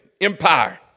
Empire